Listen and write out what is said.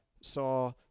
saw